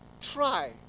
Try